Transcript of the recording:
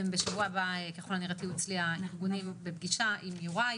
בשבוע הבא אתן ככל הנראה תהיו אצלי בפגישה עם יוראי,